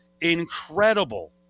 incredible